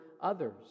others